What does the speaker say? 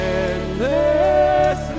endless